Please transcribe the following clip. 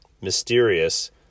mysterious